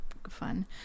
fun